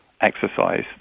exercise